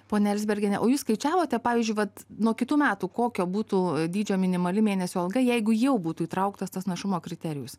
ponia elzbergiene o jūs skaičiavote pavyzdžiui vat nuo kitų metų kokio būtų dydžio minimali mėnesio alga jeigu jau būtų įtrauktas tas našumo kriterijus